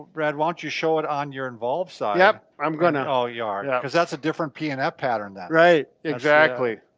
brad why don't you show it on your involved side? yep, i'm gonna. oh, you are. yeah cause that's a different p and f pattern in that. right exactly.